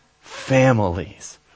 families